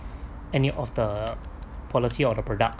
any of the policy or the product